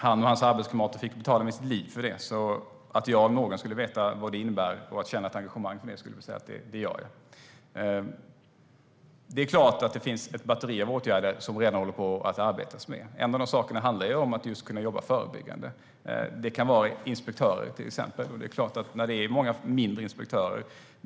Han och hans arbetskamrater fick betala med livet för det, så jag om någon vet vad det här innebär och känner ett engagemang för det. Det är klart att det finns ett batteri av åtgärder som man redan arbetar med. En åtgärd handlar om att kunna jobba förebyggande. Det kan till exempel handla om inspektörer.